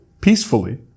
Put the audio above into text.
peacefully